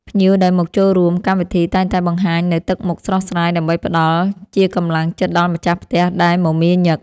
ភ្ញៀវដែលមកចូលរួមកម្មវិធីតែងតែបង្ហាញនូវទឹកមុខស្រស់ស្រាយដើម្បីផ្តល់ជាកម្លាំងចិត្តដល់ម្ចាស់ផ្ទះដែលមមាញឹក។